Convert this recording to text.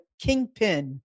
kingpin